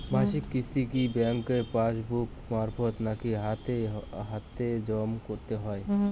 মাসিক কিস্তি কি ব্যাংক পাসবুক মারফত নাকি হাতে হাতেজম করতে হয়?